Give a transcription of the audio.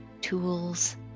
tools